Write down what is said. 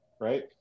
right